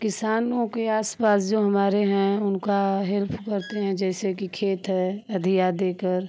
किसानों के आस पास जो हमारे हैं उनका हेल्प करते हैं जैसे कि खेत है अधिया देकर